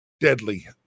deadly